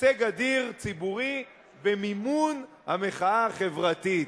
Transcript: הישג אדיר, ציבורי, במימון המחאה החברתית.